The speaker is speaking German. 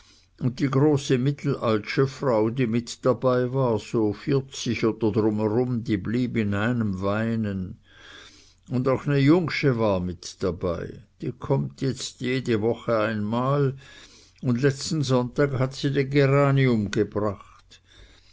und die große mittelaltsche frau die mit dabei war so vierzig oder drum rum die blieb in einem weinen und auch ne jungsche war mit dabei die kommt jetzt alle woche mal und den letzten sonntag hat sie den geranium gebracht